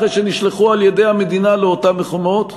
אחרי שנשלחו על-ידי המדינה לאותם מקומות.